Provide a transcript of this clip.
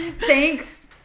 Thanks